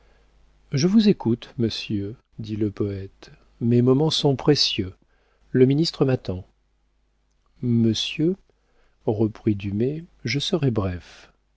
je vous écoute monsieur dit le poëte mes moments sont précieux le ministre m'attend monsieur reprit dumay je serai bref